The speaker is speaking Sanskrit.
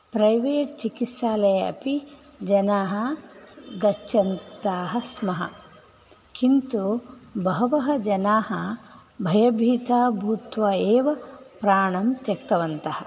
प्रैवेट् चिकित्सालये अपि जनाः गच्छन्तः स्मः किन्तु बहवः जनाः भयभीता भूत्वा एव प्राणं त्यक्तवन्तः